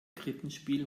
krippenspiel